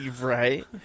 right